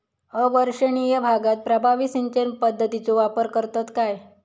अवर्षणिय भागात प्रभावी सिंचन पद्धतीचो वापर करतत काय?